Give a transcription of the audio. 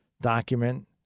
document